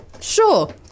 Sure